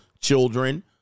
children